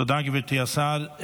תודה, גברתי השרה.